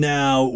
now